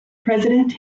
president